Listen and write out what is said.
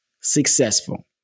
successful